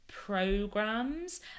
programs